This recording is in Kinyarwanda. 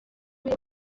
kuri